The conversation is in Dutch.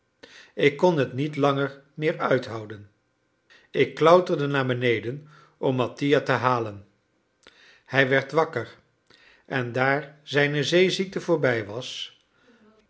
ik kon het niet langer meer uithouden ik klauterde naar beneden om mattia te halen hij werd wakker en daar zijne zeeziekte voorbij was